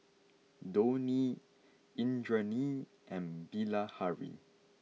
Dhoni Indranee and Bilahari